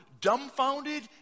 dumbfounded